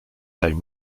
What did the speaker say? taille